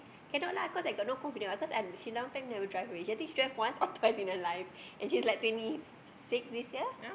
cannot lah cause I got no confidence what because I she long time never drive already I think she drive once or twice in her life and she's like twenty six this year